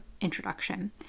introduction